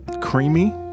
creamy